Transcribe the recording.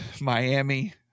Miami